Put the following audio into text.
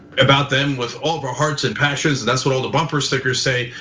about them with all of our hearts and passions. and that's what all the bumper stickers say,